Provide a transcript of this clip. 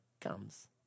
comes